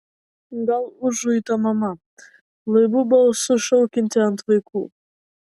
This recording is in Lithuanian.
gal užuita mama laibu balsu šaukianti ant vaikų